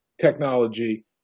technology